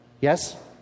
Yes